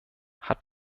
hat